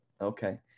Okay